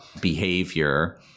behavior